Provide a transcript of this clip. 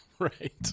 Right